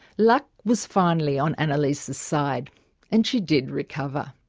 luck was finally on annalisa's side and she did recover.